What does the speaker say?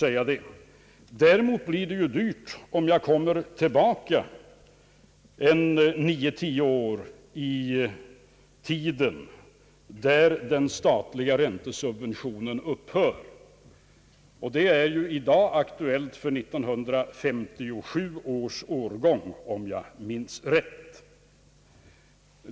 Särskilt dyrt blir det om jag går till hus som uppförts för nio—tio år sedan, där den statliga räntesubventionen upphör. Det är i dag aktuellt för 1957 års årgång, om jag minns rätt.